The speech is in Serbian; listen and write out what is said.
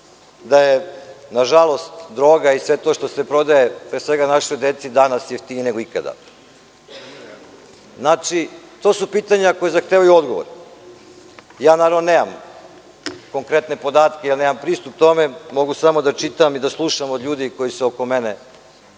da je, na žalost, droga i sve to što se prodaje našoj deci danas jeftinije nego ikada? To su pitanja koja zahtevaju odgovor. Naravno, nemam konkretne podatke, jer nemam pristup tome. Mogu samo da čitam i da slušam od ljudi koji se oko mene